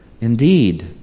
indeed